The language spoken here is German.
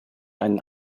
einen